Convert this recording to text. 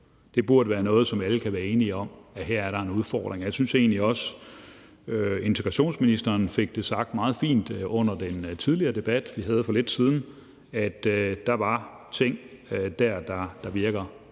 Det burde være noget, som alle kan være enige om: at der her er en udfordring. Og jeg synes egentlig også, at integrationsministeren fik det sagt meget fint under den tidligere debat, vi havde for lidt siden, nemlig at der var ting dér, der virkede